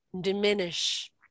Diminish